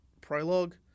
prologue